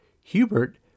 Hubert